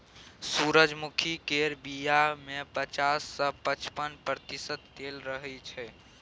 सूरजमुखी केर बीया मे पचास सँ पचपन प्रतिशत तेल रहय छै